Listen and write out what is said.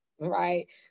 right